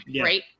Right